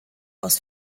aus